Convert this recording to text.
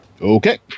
Okay